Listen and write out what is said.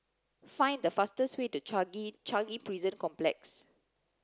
find the fastest way to Changi Changi Prison Complex